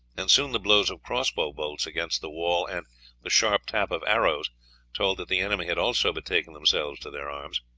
and soon the blows of cross-bow bolts against the wall and the sharp tap of arrows told that the enemy had also betaken themselves to their arms.